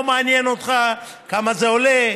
לא מעניין אותך כמה זה עולה,